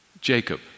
Jacob